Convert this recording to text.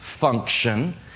function